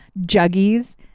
juggies